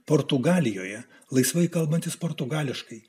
portugalijoje laisvai kalbantis portugališkai